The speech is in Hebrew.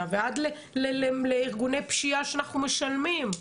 ועד לארגוני פשיעה שאנחנו משלמים.